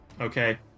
Okay